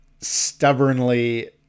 Stubbornly